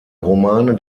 romane